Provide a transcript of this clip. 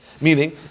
Meaning